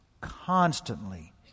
constantly